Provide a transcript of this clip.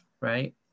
right